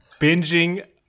binging